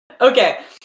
Okay